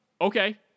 okay